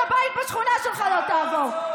לוועד הבית בשכונה שלך לא תעבור.